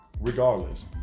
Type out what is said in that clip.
Regardless